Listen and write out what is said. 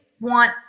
want